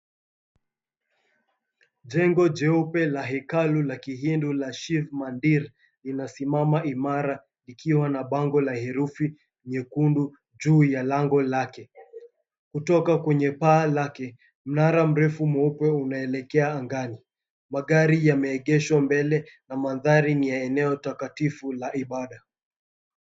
Jengo jeupe la hekalu la kihindu la Shiv Mandir linasimama imara ikiwa na bango la herufi nyekundu juu ya lango lake. Kutoka kwenye paa lake, mnara mrefu mweupe unaelekea angani. Magari yameegeshwa mbele na maandhari ni ya eneo takatifu la ibada.